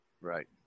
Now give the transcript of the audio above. Right